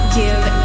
give